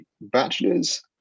bachelor's